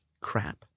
Crap